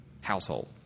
household